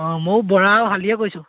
অঁ ময়ো বৰা আৰু শালিয়ে কৰিছোঁ